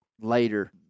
later